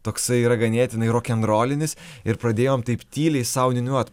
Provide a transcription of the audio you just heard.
toksai yra ganėtinai rokenrolinis ir pradėjom taip tyliai sau niūniuot